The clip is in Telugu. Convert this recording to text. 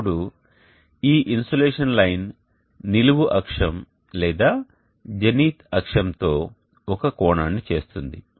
అప్పుడు ఈ ఇన్సోలేషన్ లైన్ నిలువు అక్షం లేదా జెనిత్ అక్షముతో ఒక కోణాన్ని చేస్తుంది